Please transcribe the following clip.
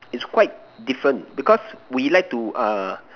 is quite different because we like to err